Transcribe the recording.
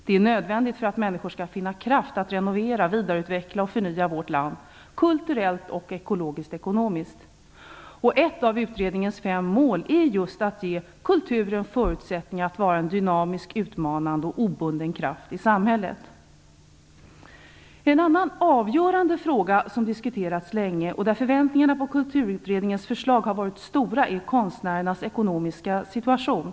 Det är nödvändigt för att människor skall finna kraft att renovera, vidareutveckla och förnya vårt land kulturellt, ekologiskt och ekonomiskt. Ett av utredningens fem mål är just att ge kulturen förutsättningar att vara en dynamisk utmanande och obunden kraft i samhället. En annan avgörande fråga som har diskuterats länge och där förväntningarna på Kulturutredningens förslag har varit stora är konstnärernas ekonomiska situation.